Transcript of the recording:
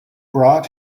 brought